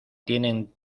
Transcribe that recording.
tienen